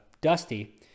Dusty